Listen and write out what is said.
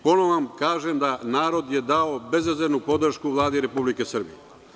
Ponovo vam kažem, narod je dao bezrezervnu podršku Vladi Republike Srbije.